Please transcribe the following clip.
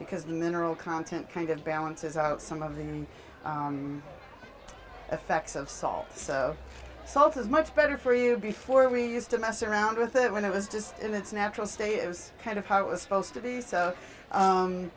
because the mineral content kind of balances out some of the effects of salt so salt is much better for you before we used to mess around with it when it was just in its natural state it was kind of how it was supposed to be so